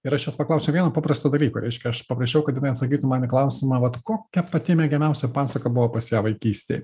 ir aš jos paklausiau vieno paprasto dalyko reiškia aš paprašiau kad jinai atsakytų man į klausimą vat kokia pati mėgiamiausia pasaka buvo pas ją vaikystėj